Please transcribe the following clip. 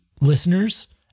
listeners